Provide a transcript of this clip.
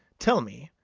tell me,